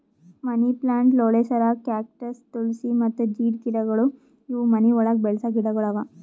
ಮನಿ plant, ಲೋಳೆಸರ, cactus, ತುಳ್ಸಿ ಮತ್ತ ಜೀಡ್ ಗಿಡಗೊಳ್ ಇವು ಮನಿ ಒಳಗ್ ಬೆಳಸ ಗಿಡಗೊಳ್ ಅವಾ